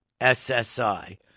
SSI